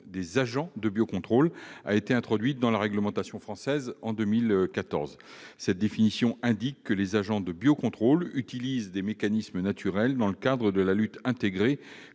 des agents de biocontrôle a été introduite dans la réglementation française en 2014. Cette définition indique que les agents de biocontrôle utilisent des mécanismes naturels dans le cadre de la lutte intégrée